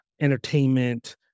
entertainment